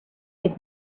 had